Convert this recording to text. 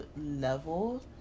level